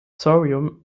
thorium